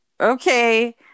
okay